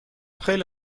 خیلی